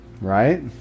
right